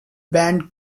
band